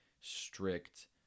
strict